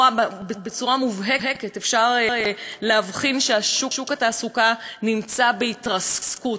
בצורה מובהקת אפשר להבחין ששוק התעסוקה נמצא בהתרסקות,